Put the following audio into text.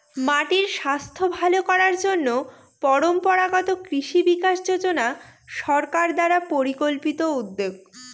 মাটির স্বাস্থ্য ভালো করার জন্য পরম্পরাগত কৃষি বিকাশ যোজনা সরকার দ্বারা পরিকল্পিত উদ্যোগ